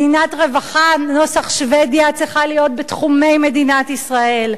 מדינת רווחה נוסח שבדיה צריכה להיות בתחומי מדינת ישראל.